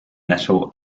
metal